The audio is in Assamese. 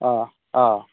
অ' অ'